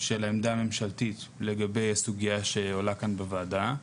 של עמדה ממשלתית לגבי סוגיה שעולה פה בוועדה,